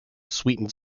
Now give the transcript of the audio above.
sweetened